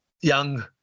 young